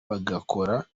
bagakora